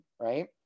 right